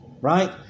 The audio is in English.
right